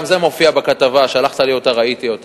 גם זה מופיע בכתבה, שלחת לי אותה, ראיתי אותה.